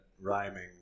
rhyming